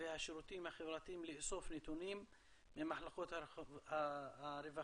והשירותים החברתיים לאסוף נתונים ממחלקות הרווחה